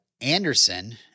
Anderson –